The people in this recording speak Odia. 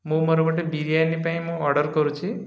ମୁଁ ମୋର ଗୋଟେ ବିରିୟାନୀ ପାଇଁ ମୁଁ ଅର୍ଡ଼ର କରୁଛି